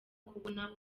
kubona